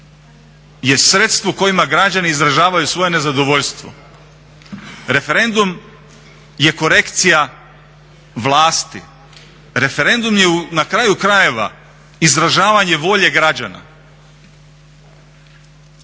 je sredstvo kojima građani izražavaju svoje nezadovoljstvo. Referendum je korekcija vlasti, referendum na kraju krajeva izražavanje volje građana.